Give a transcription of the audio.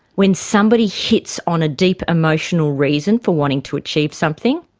when somebody hits on a deep emotional reason for wanting to achieve something,